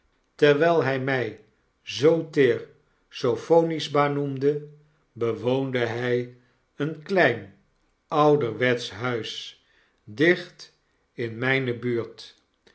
terwyl hij my zoo teer sophonisba noemde bewoonde hy een klein ouderwetsch huis dicht in mijne buurt